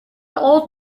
old